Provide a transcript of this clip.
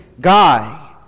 guy